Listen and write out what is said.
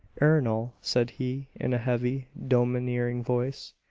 ernol, said he in a heavy, domineering voice,